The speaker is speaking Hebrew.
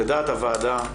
לדעת הוועדה,